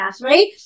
right